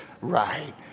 right